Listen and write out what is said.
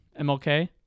MLK